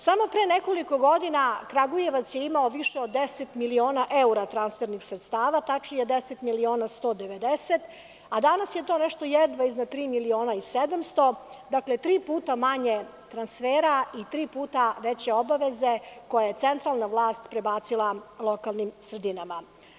Samo pre nekoliko godina Kragujevac je imao više od 10 miliona evra transfernih sredstava, tačnije 10 miliona i 190, a dana je to nešto jedva iznad tri miliona i sedamsto, dakle, tri puta manje transfera i tri puta veće obaveze koje je centralna vlast prebacila lokalnim sredinama.